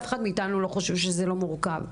אף אחד מאתנו לא חושב שזה לא מורכב.